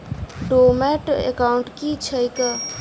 Dormant account की छैक?